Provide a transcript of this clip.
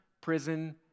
Prison